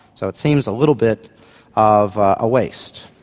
so it seems a little bit of a waste.